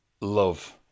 love